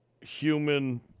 human